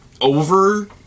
over